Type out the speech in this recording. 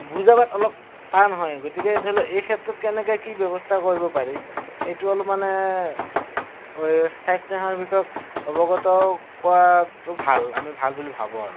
বুজাবত অলপ টান হয় গতিকে ধৰি লওক এই ক্ষেত্ৰত কেনেকৈ কি ব্যৱস্থা কৰিব পাৰি এইটো অলপ মানে স্বাস্থ্যসেৱাৰ বিষয়ক অৱগত কৰাটো ভাল আমি ভাল বুলি ভাবোঁ আৰু